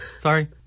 Sorry